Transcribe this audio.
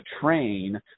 train